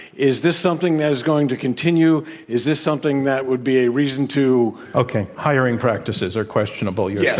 is this something that is going to continue? is this something that would be a reason to okay. hiring practices are questionable yeah